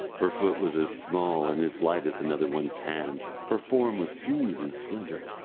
her foot was as small and as light as another one's hand, her form was smooth and slender,